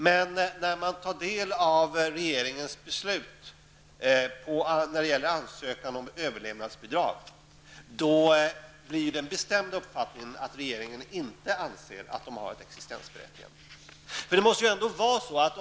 Men när man tar del av regeringens beslut när det gäller ansökan om överlevnadsbidrag blir den bestämda uppfattningen att regeringen inte anser att dessa skolor har ett existensberättigande.